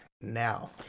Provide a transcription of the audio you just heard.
now